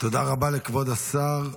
--- תודה רבה לכבוד השר.